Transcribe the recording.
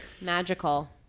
magical